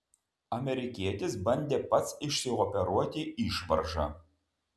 amerikietis bandė pats išsioperuoti išvaržą